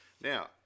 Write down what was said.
now